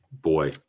Boy